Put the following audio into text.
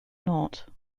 not